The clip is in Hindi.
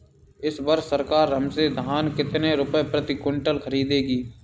इस वर्ष सरकार हमसे धान कितने रुपए प्रति क्विंटल खरीदेगी?